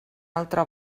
altra